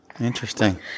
Interesting